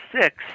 six